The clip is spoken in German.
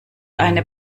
eine